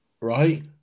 right